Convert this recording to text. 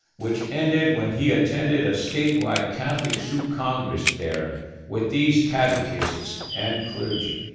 which ended when he attended a statewide catholic sioux congress there with these catechists and clergy.